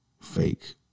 fake